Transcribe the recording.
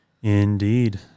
Indeed